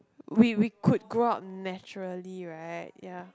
we we could grow up naturally right ya